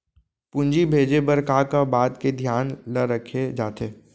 पूंजी भेजे बर का का बात के धियान ल रखे जाथे?